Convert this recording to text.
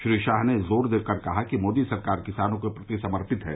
श्री शाह ने जोर देकर कहा कि मोदी सरकार किसानों के प्रति समर्पित सरकार है